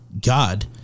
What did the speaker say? God